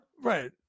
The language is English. Right